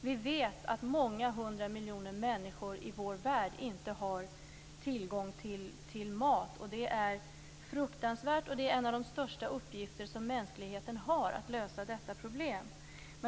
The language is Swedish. Vi vet att många hundra miljoner människor i vår värld inte har tillgång till mat. Det är fruktansvärt. Det är en av de största uppgifter som mänskligheten har att lösa detta problem.